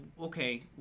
okay